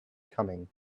coming